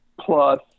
plus